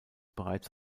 bereits